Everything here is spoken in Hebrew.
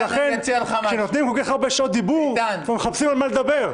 ולכן כשנותנים כל כך הרבה שעות דיבור מחפשים על מה לדבר.